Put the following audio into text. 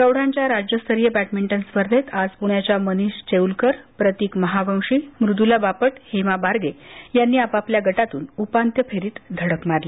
प्रौढांच्या राज्यस्तरीय बॅडमिंटन स्पर्धेंत आज पुण्याच्या मनिष चेऊलकर प्रतिक महावंशी मृद्ला बापट हेमा बारगे यांनी आपापल्या गटातून उपांत्य फेरीत धडक मारली